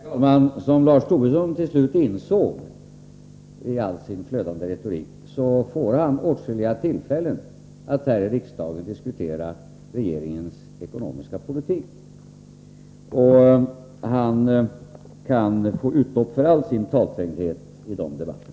Herr talman! Som Lars Tobisson till slut insåg i all sin flödande retorik får han åtskilliga tillfällen att här i riksdagen diskutera regeringens ekonomiska politik. Han kan få utlopp för all sin talträngdhet i de debatterna.